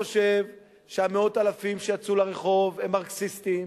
שמאות האלפים שיצאו לרחוב הם מרקסיסטים,